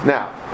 Now